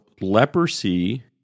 leprosy